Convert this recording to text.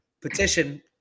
petition